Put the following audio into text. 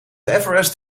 everest